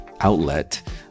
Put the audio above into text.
outlet